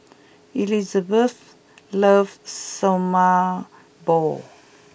Elisabeth loves Sesame Balls